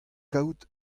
kaout